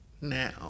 now